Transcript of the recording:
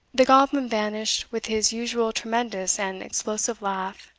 the goblin vanished with his usual tremendous and explosive laugh,